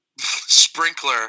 sprinkler